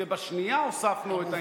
ובשנייה הוספנו את העניין,